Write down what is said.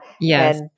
Yes